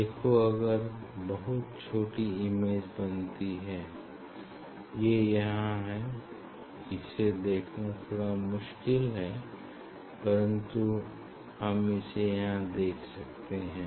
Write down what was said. देखो अगर बहुत छोटी इमेज बनती है ये यहाँ है इसे देखना थोड़ा मुश्किल है परन्तु हम इसे यहाँ देख सकते हैं